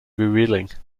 revealing